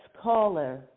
caller